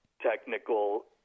technical